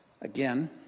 Again